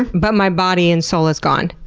but my body and soul is gone.